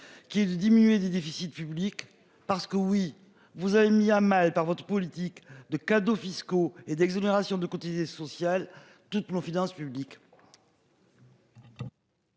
lui qui le diminuer les déficits publics parce que oui, vous avez mis à mal par votre politique de cadeaux fiscaux et d'exonérations de cotiser social toutes nos finances publiques.